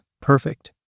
perfect